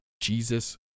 Jesus